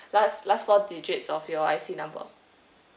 last last four digits of your I_C number